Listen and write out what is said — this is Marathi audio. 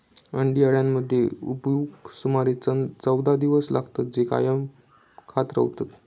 अंडी अळ्यांमध्ये उबवूक सुमारे चौदा दिवस लागतत, जे कायम खात रवतत